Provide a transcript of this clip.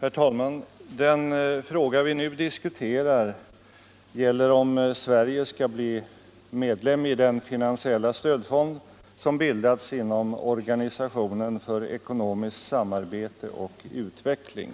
Herr talman! Den fråga vi nu diskuterar gäller om Sverige skall bli medlem i den finansiella stödfond som bildats inom Organisationen för ekonomiskt samarbete och utveckling .